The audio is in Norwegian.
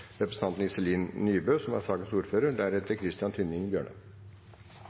Representanten Christian Tynning Bjørnø